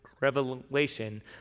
Revelation